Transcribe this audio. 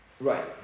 Right